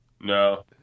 no